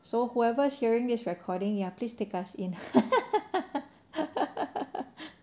so whoever hearing this recording ya please take us in